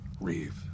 Reeve